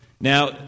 Now